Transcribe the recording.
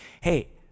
hey